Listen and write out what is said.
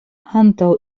antaŭ